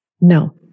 No